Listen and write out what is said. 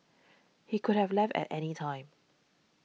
he could have left at any time